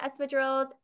espadrilles